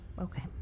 Okay